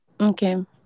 Okay